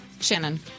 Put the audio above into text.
Shannon